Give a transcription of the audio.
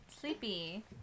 Sleepy